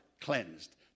cleansed